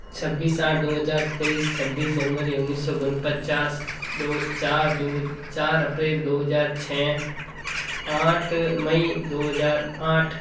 छब्बीस आठ दो हजार तेईस छब्बीस जनवरी उन्नीस सौ पचास दो चार दो चार अप्रैल दो हजार छः आठ मई दो हजार आठ